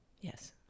Yes